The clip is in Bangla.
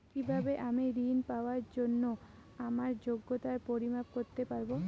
কিভাবে আমি ঋন পাওয়ার জন্য আমার যোগ্যতার পরিমাপ করতে পারব?